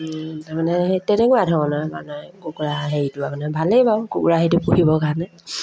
তাৰমানে সেই তেনেকুৱা ধৰণৰ মানে কুকুৰা হেৰিটো আপোনাৰ ভালেই বাৰু কুকুৰা হেৰিটো পুহিবৰ কাৰণে